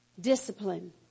Discipline